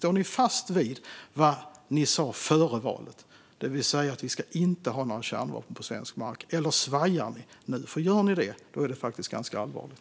Står ni fast vid vad ni sa före valet, det vill säga att vi inte ska ha några kärnvapen på svensk mark, eller svajar ni nu? Om ni gör det senare är det faktiskt ganska allvarligt.